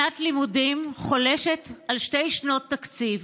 שנת לימודים חולשת על שתי שנות תקציב.